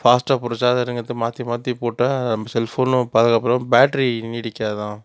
ஃபாஸ்டாக போடுற சார்ஜருங்குறத மாற்றி மாற்றி போட்டால் செல்ஃபோனும் பாதுகாப்பில்லை பேட்ரி நீடிக்காதாம்